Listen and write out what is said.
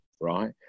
right